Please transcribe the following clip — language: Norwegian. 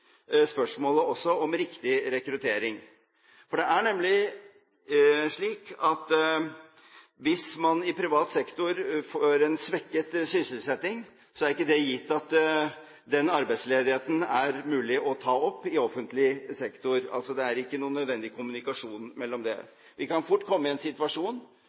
spørsmålet om riktig rekruttering, for det er nemlig slik at hvis man i privat sektor får svekket sysselsetting, er det ikke gitt at den arbeidsledigheten er mulig å ta opp i offentlig sektor. Det er altså ikke noen nødvendig kommunikasjon mellom det. Vi kan fort komme i en situasjon